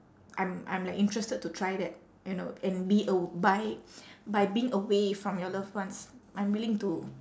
I'm I'm like interested to try that you know and be aw~ by by being away from your loved ones I'm willing to